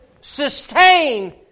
sustain